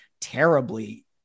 terribly